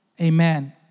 Amen